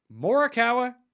morikawa